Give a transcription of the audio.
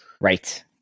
Right